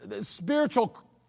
spiritual